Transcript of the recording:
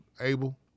Abel